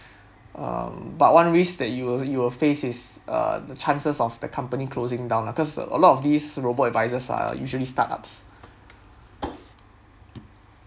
um but one risk that you'll you'll face is uh the chances of the company closing down lah cause a lot of these robo advisors are usually startup's